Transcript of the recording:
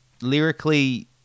lyrically